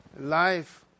Life